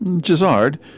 Gisard